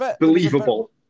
believable